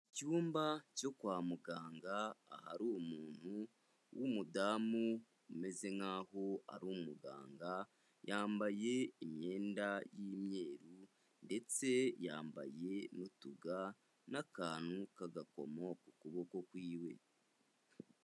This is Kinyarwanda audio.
Mu cyumba cyo kwa muganga ahari umuntu w'umudamu umeze nk'aho ari umuganga, yambaye imyenda y'imyeru ndetse yambaye n'utuga n'akantu k'agakomo ku kuboko kwiwe.